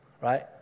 right